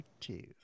two